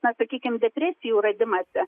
na sakykim depresijų radimąsi